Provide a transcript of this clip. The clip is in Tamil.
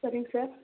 சரிங்க சார்